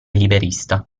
liberista